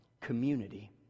Community